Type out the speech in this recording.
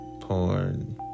porn